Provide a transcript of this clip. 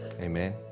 Amen